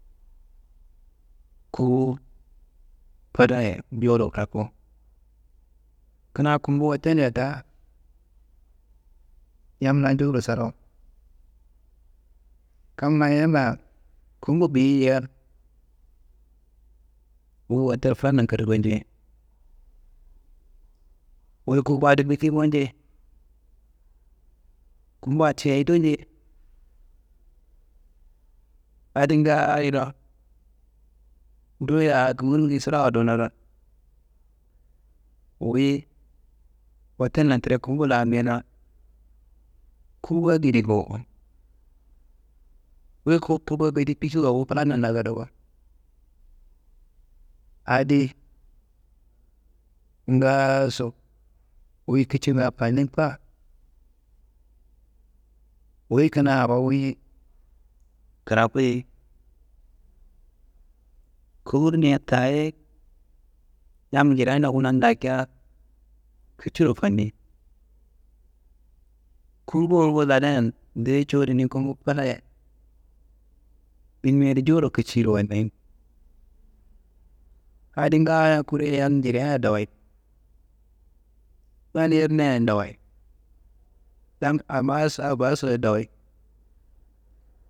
Kumbu fadaye jowuro kiraku, kina kumbu hotelya ta yam layi joworo sarawu, kam la yalla kumbu biyeia wu hotel filanan koduko nji- ye, wuyi ku ka adi biki bowo nji- ye. Kumba ti ayi do nji- ye? Adin gaayoro nduye a kowurungiyi sirawa donona, wuyi hotellan tide kumbu la mena kumbu akidi guwuko, wuyi ku tuku akedi bikiwa wu fulanun na kotoko. Adi ngaaso wuyi kicinga fannin ba, wuyi kina awo wuyi kiraku ye kowurnea ta- ye yam njirea ndoku nannu dakia, kiciro fanni kumbu rungu ladayan ndeye cuwudi ni kumbu fadaye bimia adi joworo kiciro fanni. Adi ngaayo kore yam njirea ye dowoi, yal yernea ye ndowoi, yam ammaso abbaso ye ndowoi.